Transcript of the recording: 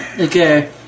Okay